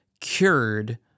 cured